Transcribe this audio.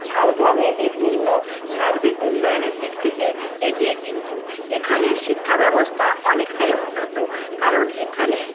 ঝাড়গ্রামে বিভিন্ন সার্বিক উন্নয়নের দিক থেকে এগিয়ে কিন্তু এখানের শিক্ষাব্যবস্থা অনেকটাই উন্নত কারণ এখানে